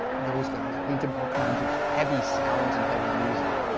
those guys are into all kinds of heavy sounds and heavy music,